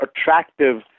attractive